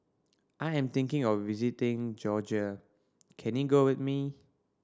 I am thinking of visiting Georgia can you go with me